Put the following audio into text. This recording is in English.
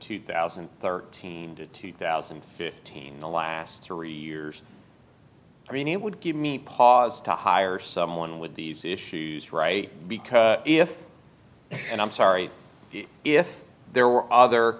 two thousand and thirteen to two thousand and fifteen the last three years i mean it would give me pause to hire someone with these issues right because if and i'm sorry if there were other